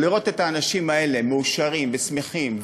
אבל לראות את האנשים האלה מאושרים ושמחים,